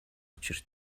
учир